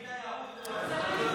בבקשה.